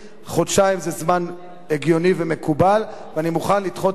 חודשיים זה זמן הגיוני ומקובל ואני מוכן לדחות את ההצבעה